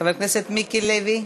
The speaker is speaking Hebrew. חבר הכנסת מיקי לוי,